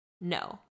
no